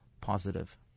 positive